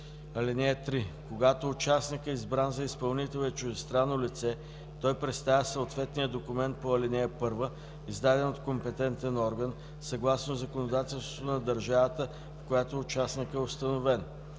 (3) Когато участникът, избран за изпълнител, е чуждестранно лице, той представя съответния документ по ал. 1, издаден от компетентен орган, съгласно законодателството на държавата, в която участникът е установен.